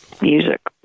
music